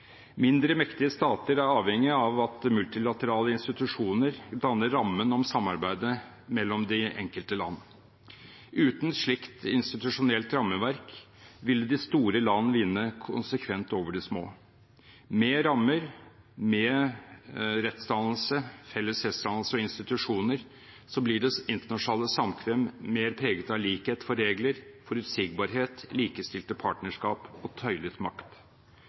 Mindre mektige stater er avhengige av at multilaterale institusjoner danner rammen om samarbeidet mellom de enkelte land. Uten slikt institusjonelt rammeverk ville de store land vinne konsekvent over de små. Med rammer, med felles rettsdannelse og institusjoner, blir det internasjonale samkvem mer preget av likhet for regler, forutsigbarhet, likestilte partnerskap og tøylet makt.